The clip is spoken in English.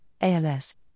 ALS